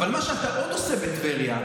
אבל מה שאתה עוד עושה בטבריה,